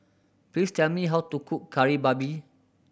please tell me how to cook Kari Babi